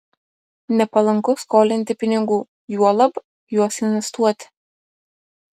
nepalanku skolinti pinigų juolab juos investuoti